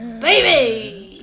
baby